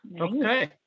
Okay